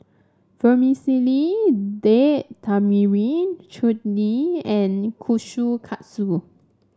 Vermicelli Date Tamarind Chutney and Kushikatsu